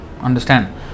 understand